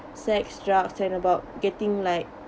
sex drugs and about getting like